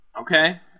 Okay